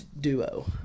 duo